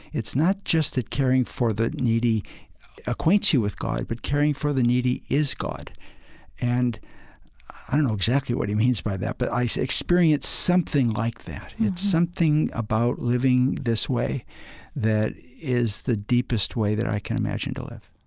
it's not just that caring for the needy acquaints you with god, but caring for the needy is god and i don't know exactly what he means by that, but i experience something like that. it's something about living this way that is the deepest way that i can imagine to live